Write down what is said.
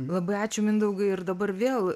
labai ačiū mindaugai ir dabar vėl